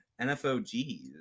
NFOGs